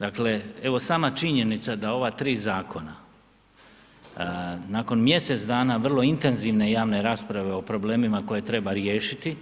Dakle evo sama činjenica da ova tri zakona nakon mjesec dana vrlo intenzivne javne rasprave o problemima koje treba riješiti